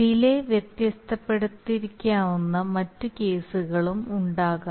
delay വ്യത്യാസപ്പെട്ടിരിക്കാവുന്ന മറ്റു കേസുകളും ഉണ്ടാകാം